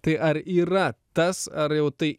tai ar yra tas ar jau tai